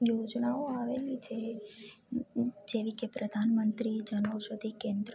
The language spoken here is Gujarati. યોજનાઓ આવેલી છે જેવી કે પ્રધાનમંત્રી જન ઔષધિ કેન્દ્ર